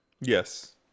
Yes